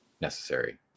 necessary